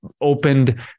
opened